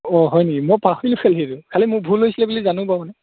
অঁ হয় নেকি মই পাহৰিলোঁ খালি খালি মোৰ ভুল হৈছিলে বুলি জানো বাৰু